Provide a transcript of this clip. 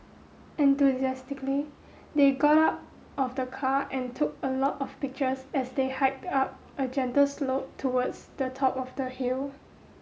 enthusiastically they got out of the car and took a lot of pictures as they hiked up a gentle slope towards the top of the hill